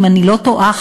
אם אני לא טועה,